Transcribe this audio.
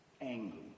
angry